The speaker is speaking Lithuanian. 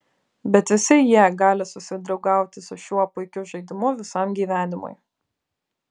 bet visi jie gali susidraugauti su šiuo puikiu žaidimu visam gyvenimui